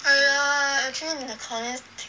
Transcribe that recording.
!aiya! actually 你的 client